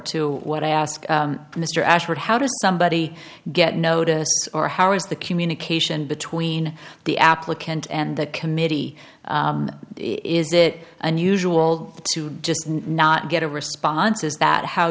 to what i asked mr ashford how does somebody get notice or how is the communication between the applicant and the committee is it unusual to just not get a response is that how